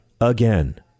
Again